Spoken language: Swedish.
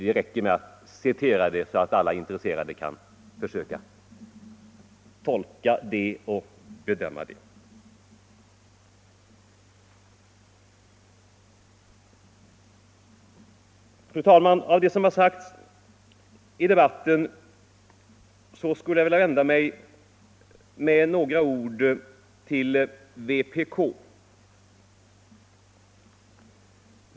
Det räcker med att citera det, så att alla intresserade kan försöka tolka och bedöma det. Fru talman! Jag skulle också med några ord vilja vända mig till vpk.